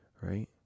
right